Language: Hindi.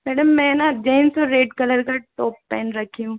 मैडम मैं ना जीन्स जीन्स और रेड कलर का टॉप पहन रखी हूँ